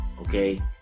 okay